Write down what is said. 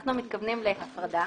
אנחנו מתכוונים להפרדה,